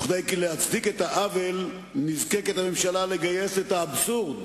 וכדי להצדיק את העוול נזקקת הממשלה לגייס את האבסורד